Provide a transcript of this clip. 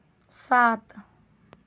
सात